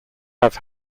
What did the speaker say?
have